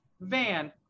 van